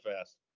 fast